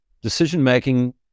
decision-making